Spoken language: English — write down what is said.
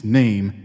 name